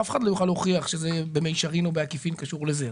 אף אחד לא יוכל להוכיח שזה במישרין או בעקיפין קשור לזה.